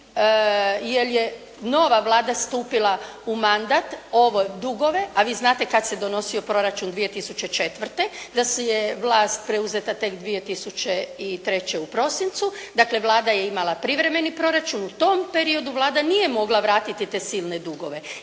jer je nova Vlada stupila u mandat ovo dugove. A vi znate kad se donosio proračun 2004. da se je vlast preuzeta tek 2003. u prosincu dakle Vlada je imala privremeni proračun. U tom periodu Vlada nije mogla vratiti te silne dugove